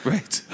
Right